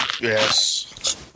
Yes